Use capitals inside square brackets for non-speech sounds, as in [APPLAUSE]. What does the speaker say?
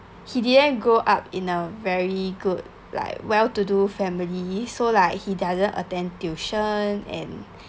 he didn't grow up in a very good like well-to-do family so like he doesn't attend tuition and [BREATH]